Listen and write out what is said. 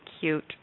cute